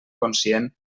conscient